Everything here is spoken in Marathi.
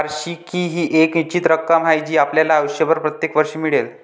वार्षिकी ही एक निश्चित रक्कम आहे जी आपल्याला आयुष्यभर प्रत्येक वर्षी मिळेल